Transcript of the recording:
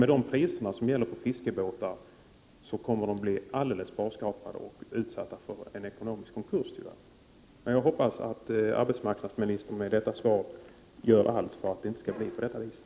Med tanke på vad en fiskebåt kostar kommer fiskarna tyvärr att bli alldeles barskrapade och drabbas av ekonomisk konkurs. Jag hoppas att arbetsmarknadsministern i och med detta svar kommer att göra allt för att det inte skall bli på detta sätt.